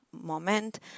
moment